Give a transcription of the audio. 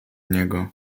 niego